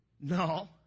no